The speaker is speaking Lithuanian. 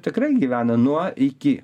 tikrai gyvena nuo iki